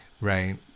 right